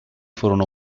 furono